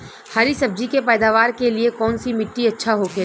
हरी सब्जी के पैदावार के लिए कौन सी मिट्टी अच्छा होखेला?